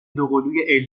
دوقلوی